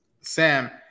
Sam